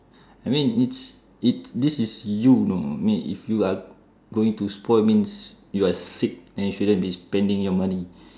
I mean it's it's this is you know mean if you are going to spoil means you are sick and you shouldn't be spending your money